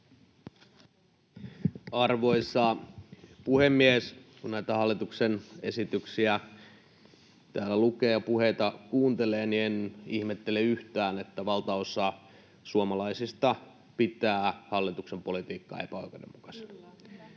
Arvoisa puhemies! Kun näitä hallituksen esityksiä täällä lukee ja puheita kuuntelee, niin en ihmettele yhtään, että valtaosa suomalaisista pitää hallituksen politiikkaa epäoikeudenmukaisena.